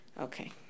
Okay